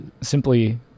simply